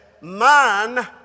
Man